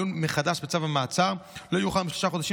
עיון מחדש בצו המעצר לא יאוחר משלושה חודשים